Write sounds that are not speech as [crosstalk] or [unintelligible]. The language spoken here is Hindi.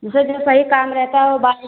जैसे जो सही काम रहता है वह [unintelligible]